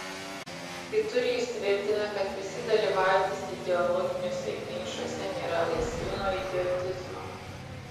kitur jis tvirtina kad visi dalyvaujantys ideologiniuose ginčuose nėra laisvi nuo idiotizmo